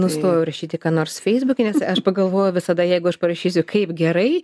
nustojau rašyti ką nors feisbuke nes aš pagalvojau visada jeigu aš parašysiu kaip gerai